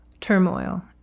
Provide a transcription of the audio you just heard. turmoil